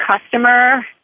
customer